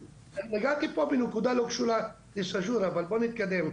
נגעתי פה בנקודה לא קשורה לסאג'ור, אבל בוא נתקדם.